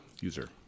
user